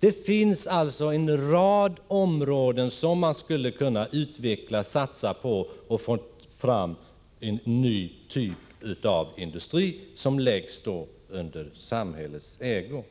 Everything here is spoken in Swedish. Det finns alltså en rad områden som man skulle kunna utveckla och satsa på, för att där få fram en ny typ av industri som skulle kunna läggas i samhällets ägo.